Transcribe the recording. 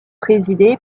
présidé